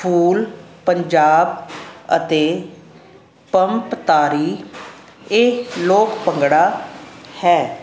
ਫੂਲ ਪੰਜਾ ਅਤੇ ਪੰਪਤਾਰੀ ਇਹ ਲੋਕ ਭੰਗੜਾ ਹੈ